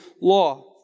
law